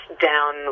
down